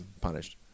punished